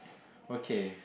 okay